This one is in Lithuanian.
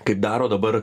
kaip daro dabar